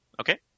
Okay